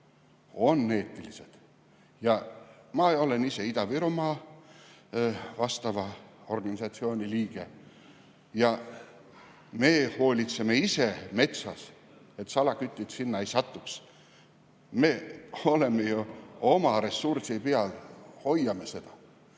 on eetilised. Ma olen ise Ida-Virumaa vastava organisatsiooni liige. Me hoolitseme metsas selle eest, et salakütid sinna ei satuks. Me oleme ju oma ressursi peal, me hoiame seda.